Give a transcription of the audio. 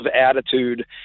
attitude